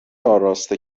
آراسته